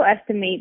estimate